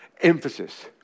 emphasis